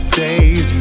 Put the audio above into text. days